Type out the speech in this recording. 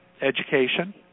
Education